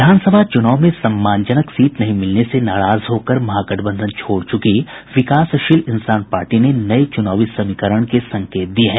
विधानसभा चूनाव में सम्मानजनक सीट नहीं मिलने से नाराज होकर महागठबंधन छोड़ च्रकी विकासशील इंसान पार्टी ने नये चुनावी समीकरण के संकेत दिये हैं